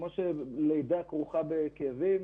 כמו שלידה כרוכה בכאבים,